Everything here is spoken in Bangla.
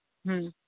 হুম